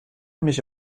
mich